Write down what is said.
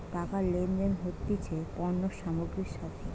টাকা লেনদেন হতিছে পণ্য সামগ্রীর সাথে